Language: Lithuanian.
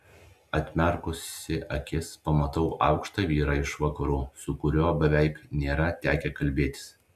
atmerkusi akis pamatau aukštą vyrą iš vakarų su kuriuo beveik nėra tekę kalbėtis